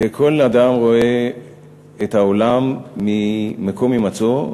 וכל אדם רואה את העולם ממקום הימצאו,